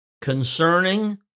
concerning